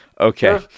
Okay